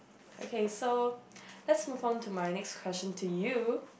okay so let's move on to my next question to you